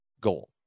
goal